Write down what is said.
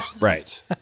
right